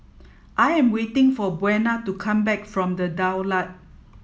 I am waiting for Buena to come back from The Daulat